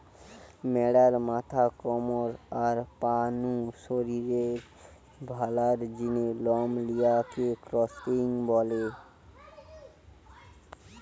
ম্যাড়ার মাথা, কমর, আর পা নু শরীরের ভালার জিনে লম লিয়া কে ক্রচিং কয়